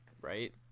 right